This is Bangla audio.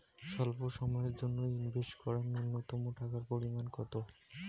স্বল্প সময়ের জন্য ইনভেস্ট করার নূন্যতম টাকার পরিমাণ কত?